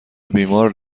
بیمار